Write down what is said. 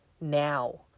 now